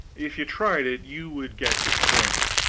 if you tried it you would get disappointed.